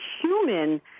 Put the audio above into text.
human